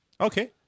Okay